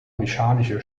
mechanische